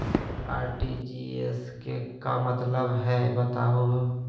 RTGS के का मतलब हई, बताहु हो?